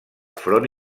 front